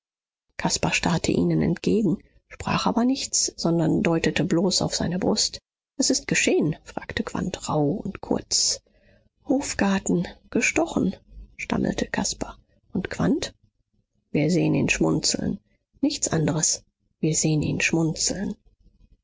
caspar starrte ihnen entgegen sprach aber nichts sondern deutete bloß auf seine brust was ist geschehen fragte quandt rauh und kurz hofgarten gestochen stammelte caspar und quandt wir sehen ihn schmunzeln nichts andres wir sehen ihn schmunzeln